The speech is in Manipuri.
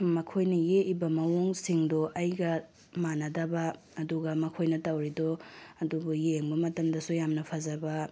ꯃꯈꯣꯏꯅ ꯌꯦꯛꯏꯕ ꯃꯑꯣꯡꯁꯤꯡꯗꯣ ꯑꯩꯒ ꯃꯥꯟꯅꯗꯕ ꯑꯗꯨꯒ ꯃꯈꯣꯏꯅ ꯇꯧꯔꯤꯗꯣ ꯑꯗꯨꯕꯨ ꯌꯦꯡꯕ ꯃꯇꯝꯗꯁꯨ ꯌꯥꯝꯅ ꯐꯖꯕ